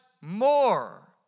more